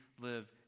live